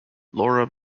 laura